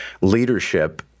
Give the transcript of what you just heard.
leadership